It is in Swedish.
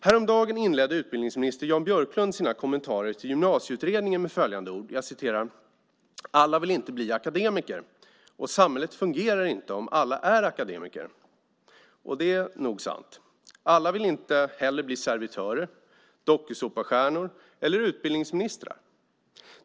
Häromdagen inledde utbildningsminister Jan Björklund sina kommentarer till Gymnasieutredningen med följande ord: Alla vill inte bli akademiker och samhället fungerar inte om alla är akademiker. Det är nog sant. Alla vill heller inte bli servitörer, dokusåpastjärnor eller utbildningsministrar.